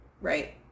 right